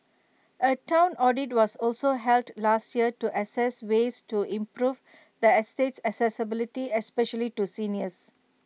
A Town audit was also held last year to assess ways to improve the estate's accessibility especially to seniors